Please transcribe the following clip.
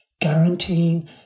guaranteeing